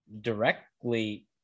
directly